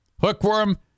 Hookworm